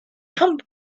come